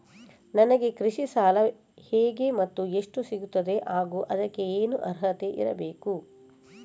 ನನಗೆ ಕೃಷಿ ಸಾಲ ಹೇಗೆ ಮತ್ತು ಎಷ್ಟು ಸಿಗುತ್ತದೆ ಹಾಗೂ ಅದಕ್ಕೆ ಏನು ಅರ್ಹತೆ ಇರಬೇಕು?